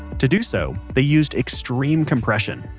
to do so, they used extreme compression,